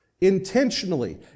intentionally